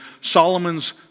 Solomon's